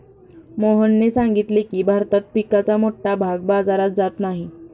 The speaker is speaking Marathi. मोहनने सांगितले की, भारतात पिकाचा मोठा भाग बाजारात जात नाही